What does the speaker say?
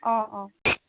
অ অ